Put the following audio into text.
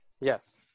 Yes